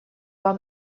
вам